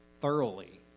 thoroughly